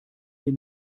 wir